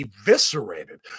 eviscerated